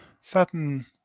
certain